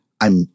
I'm